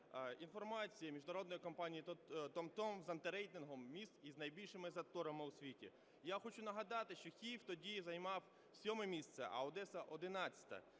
інформація міжнародної компанії Tom Tom з антирейтингом міст із найбільшими заторами у світі. Я хочу нагадати, що Київ тоді займав сьоме місце, а Одеса одинадцяте.